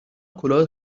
کلاه